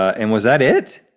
and was that it?